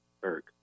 Berg